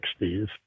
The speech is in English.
60s